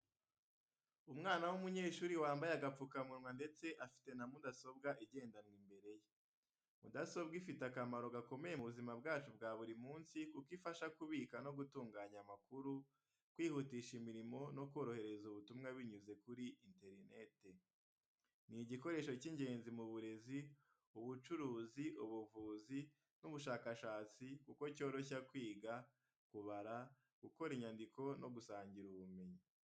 Umwana w'umunyeshuri wambaye agapfukamunwa ndetse afite na mudasobwa igendanwa imbere ye. Mudasobwa ifite akamaro gakomeye mu buzima bwacu bwa buri munsi kuko ifasha kubika no gutunganya amakuru, kwihutisha imirimo no korohereza ubutumwa binyuze kuri interineti. Ni igikoresho cy’ingenzi mu burezi, ubucuruzi, ubuvuzi n’ubushakashatsi kuko cyoroshya kwiga, kubara, gukora inyandiko no gusangira ubumenyi.